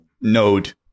node